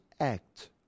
act